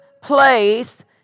place